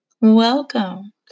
Welcome